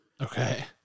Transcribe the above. Okay